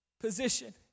position